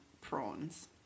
prawns